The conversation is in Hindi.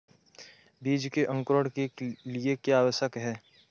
बीज के अंकुरण के लिए क्या आवश्यक है?